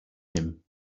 him